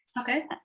okay